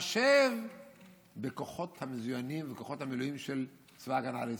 בהתחשב בכוחות המזוינים וכוחות המילואים של צבא ההגנה לישראל.